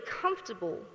comfortable